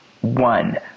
one